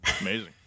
Amazing